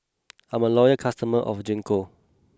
I'm a loyal customer of Gingko